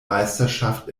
meisterschaft